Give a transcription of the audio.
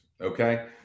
Okay